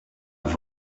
have